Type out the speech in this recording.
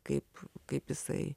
kaip kaip jisai